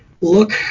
look